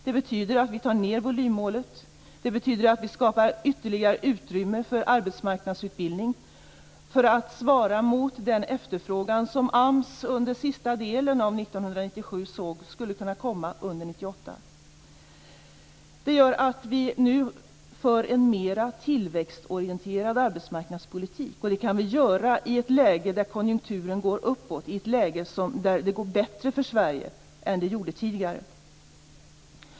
Det betyder att vi tar ned volymmålet och att vi skapar ytterligare utrymme för arbetsmarknadsutbildning för att svara mot den efterfrågan som AMS under den sista delen av 1997 såg skulle kunna komma under 1998. Detta gör att vi nu för en mera tillväxtorienterad arbetsmarknadspolitik. Det kan vi göra i ett läge där konjunkturen går uppåt, i ett läge där det går bättre för Sverige än vad det gjorde tidigare.